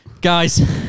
Guys